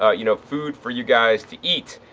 ah you know, food for you guys to eat.